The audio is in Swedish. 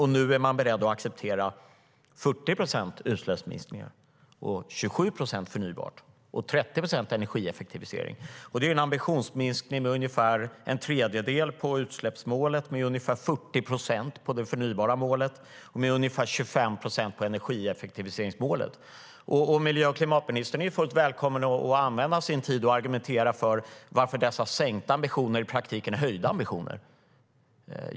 Och nu är de beredda att acceptera 40 procents utsläppsminskningar, 27 procent förnybart och 30 procent energieffektivisering. Det är en ambitionsminskning med ungefär en tredjedel på utsläppsmålet, ungefär 40 procent på målet för det förnybara och ungefär 25 procent på energieffektiviseringsmålet. Klimat och miljöministern är fullt välkommen att använda sin tid till att argumentera för varför dessa sänkta ambitioner i praktiken är höjda ambitioner.